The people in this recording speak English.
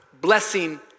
blessing